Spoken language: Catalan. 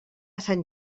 sant